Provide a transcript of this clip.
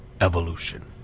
evolution